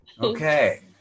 Okay